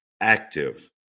active